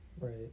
Right